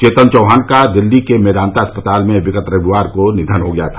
चेतन चौहान का दिल्ली के मेदांता अस्पताल में विगत रविवार को निधन हो गया था